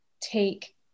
take